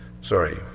Sorry